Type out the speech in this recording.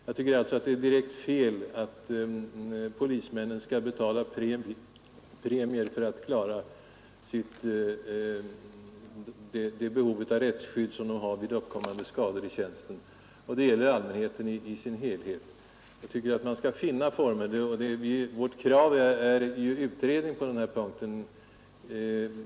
Jag tycker alltså att det är fel att polismännen skall betala premier för att klara det behov av rättsskydd som de har vid uppkommande skador i tjänsten. Detsamma gäller den allmänhet, som drabbas av brottsskador. Vårt krav är utredning på denna punkt.